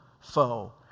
foe